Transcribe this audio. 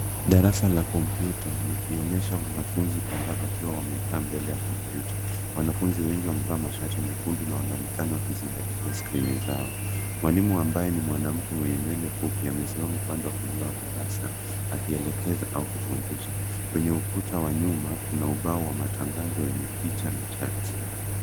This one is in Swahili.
Darasa la kompyuta likionyesha wanafunzi kadhaa wakiwa wamekaa mbele ya kompyuta. Wanafunzi wengi wamevaa mashati mekundu na wanaonekana wakizingatia skrini zao. Mwalimu ambaye ni mwanamke mwenye nywele fupi amesimama upande wa kulia wa darasa akielekeza au kufundisha. Kwenye ukuta wa nyuma kuna ubao wa matangazo yenye picha na chati.